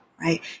right